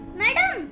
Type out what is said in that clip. madam